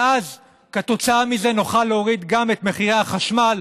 ואז כתוצאה מזה נוכל להוריד גם את מחירי החשמל,